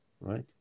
right